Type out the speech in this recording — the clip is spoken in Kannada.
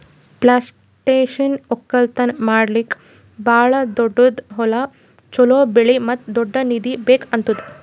ಪ್ಲಾಂಟೇಶನ್ ಒಕ್ಕಲ್ತನ ಮಾಡ್ಲುಕ್ ಭಾಳ ದೊಡ್ಡುದ್ ಹೊಲ, ಚೋಲೋ ಬೆಳೆ ಮತ್ತ ದೊಡ್ಡ ನಿಧಿ ಬೇಕ್ ಆತ್ತುದ್